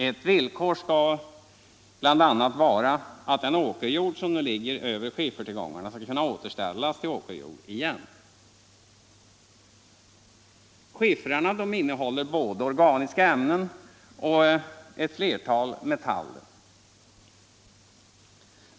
Ett villkor skall bl.a. vara att den åkerjord som nu ligger över skiffertillgångar kan återställas till åkerjord igen. Skiffrarna innehåller både organiska ämnen och ett flertal metaller.